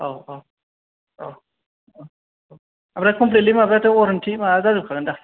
औ औ औ औ औ ओमफ्राय खमफ्लिदलि माबायाथ' अवारेनथि माबा जाजोब खागोन दा